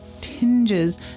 tinges